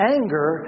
Anger